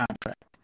contract